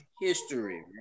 history